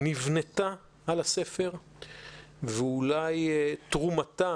שנבנתה על הספר ואולי תרומתה